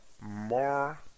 more